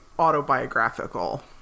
autobiographical